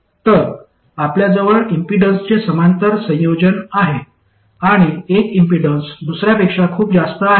तर आपल्याजवळ इम्पीडन्सचे समांतर संयोजन आहे आणि एक इम्पीडन्स दुसर्यापेक्षा खूप जास्त आहे